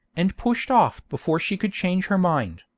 and pushed off before she could change her mind.